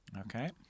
Okay